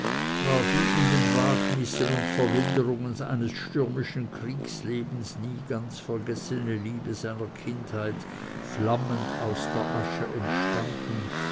war die in den wagnissen und verwilderungen eines stürmischen kriegslebens nie ganz vergessene liebe seiner kindheit flammend aus der asche